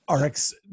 RX